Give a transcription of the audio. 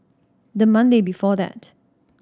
the Monday before that